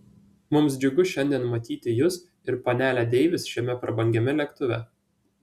mums džiugu šiandien matyti jus ir panelę deivis šiame prabangiame lėktuve